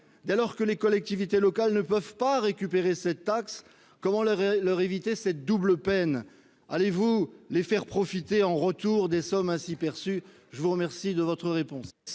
alors que les collectivités locales ne peuvent pas récupérer cette taxe. Comment leur éviter cette double peine ? Allez-vous leur faire profiter en retour des sommes ainsi perçues ? La parole est à M.